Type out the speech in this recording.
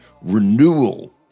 renewal